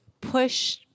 push